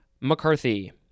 McCarthy